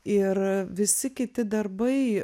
ir visi kiti darbai